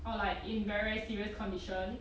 or like in very serious condition